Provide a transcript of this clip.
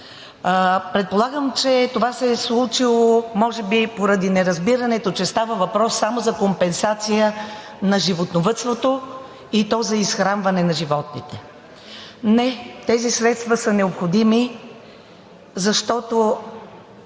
Предполагам, че това се е случило може би поради неразбирането, че става въпрос само за компенсация на животновъдството, и то за изхранване на животните. Не, тези средства са необходими, защото